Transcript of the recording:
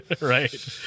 Right